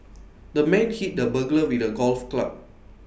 the man hit the burglar with A golf club